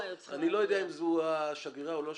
אני לא יודע אם זו השגרירה או לא,